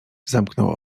zamknął